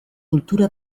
kultura